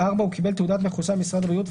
הוא קיבל תעודת מחוסן ממשרד הבריאות,